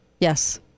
yes